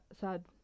sad